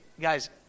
guys